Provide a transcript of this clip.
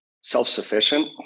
self-sufficient